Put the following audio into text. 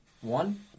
One